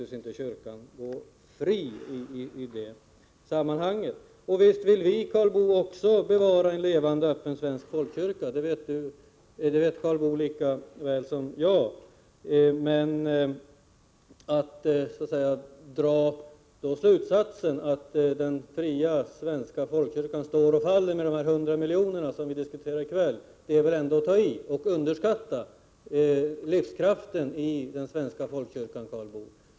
Visst vill också vi, Karl Boo, bevara en levande och öppen svensk folkkyrka. Det vet Karl Boo lika väl som jag. Men att dra den slutsatsen att den fria svenska folkkyrkan står och faller med de 100 milj.kr. som vi diskuterar i kväll är väl ändå att underskatta livskraften i den svenska folkkyrkan.